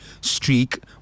streak